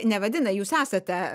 nevadina jūs esate